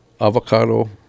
avocado